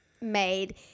made